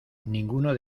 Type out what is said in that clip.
ninguno